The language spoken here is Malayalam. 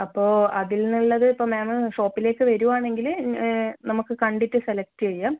അപ്പോൾ അതിൽ നിന്നുള്ളത് ഇപ്പോൾ മാം ഷോപ്പിലേക്ക് വരുവാണെങ്കിൽ നമുക്ക് കണ്ടിട്ട് സെലക്ട് ചെയ്യാം